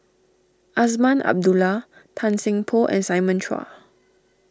Azman Abdullah Tan Seng Poh and Simon Chua